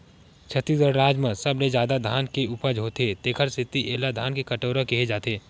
छत्तीसगढ़ राज म सबले जादा धान के उपज होथे तेखर सेती एला धान के कटोरा केहे जाथे